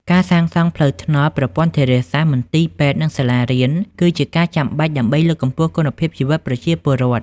ការសាងសង់ផ្លូវថ្នល់ ប្រព័ន្ធធារាសាស្ត្រ មន្ទីរពេទ្យ និងសាលារៀន គឺជាការចាំបាច់ដើម្បីលើកកម្ពស់គុណភាពជីវិតប្រជាពលរដ្ឋ។